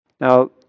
Now